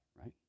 right